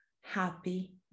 happy